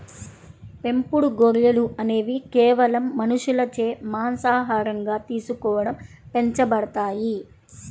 పెంపుడు గొర్రెలు అనేవి కేవలం మనుషులచే మాంసాహారంగా తీసుకోవడం పెంచబడతాయి